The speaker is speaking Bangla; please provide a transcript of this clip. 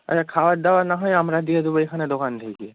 আচ্ছা খাওয়ার দাওয়ার নাহয় আমরা দিয়ে দেবো এখানে দোকান থেকে